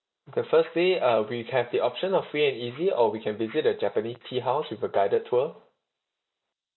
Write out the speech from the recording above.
okay firstly uh we have the option of free and easy or we can visit the japanese tea house with a guided tour